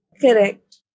Correct